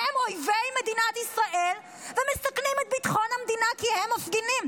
הם אויבי מדינת ישראל ומסכנים את ביטחון המדינה כי הם מפגינים.